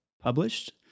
published